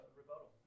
rebuttal